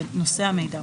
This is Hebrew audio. לנושא המידע,